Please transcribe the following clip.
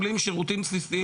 מצד שני,